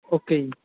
okay ਜੀ